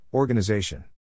Organization